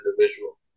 individual